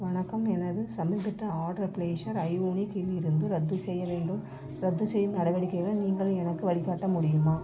வணக்கம் எனது சமீபத்திய ஆடர் பிளேசர் ஐ வூனிக் இலிருந்து ரத்து செய்ய வேண்டும் ரத்து செய்யும் நடவடிக்கைகள் நீங்கள் எனக்கு வழிக்காட்ட முடியுமா